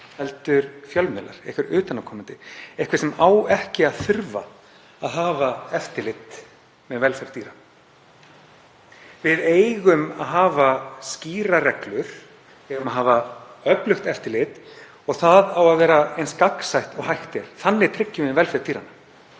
heldur fjölmiðlar, einhver utanaðkomandi, einhver sem á ekki að þurfa að hafa eftirlit með velferð dýra. Við eigum að hafa skýrar reglur. Við eigum að hafa öflugt eftirlit og það á að vera eins gagnsætt og hægt er. Þannig tryggjum við velferð dýranna.